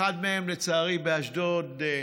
אחד מהם, לצערי, באשדוד,